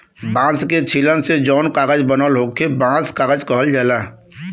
बांस के छीलन से जौन कागज बनला ओके बांस कागज कहल जाला